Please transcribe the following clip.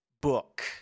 book